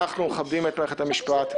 אנחנו מכבדים את מערכת המשפט,